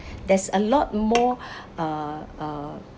there's a lot more uh uh